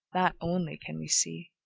that only can we see.